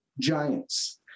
giants